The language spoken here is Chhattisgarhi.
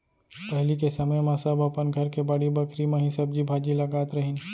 पहिली के समे म सब अपन घर के बाड़ी बखरी म ही सब्जी भाजी लगात रहिन